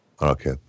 Okay